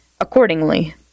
accordingly